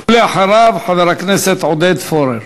ולאחריו, חבר הכנסת עודד פורר.